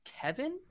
Kevin